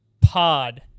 Pod